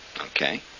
Okay